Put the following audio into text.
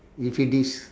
if it is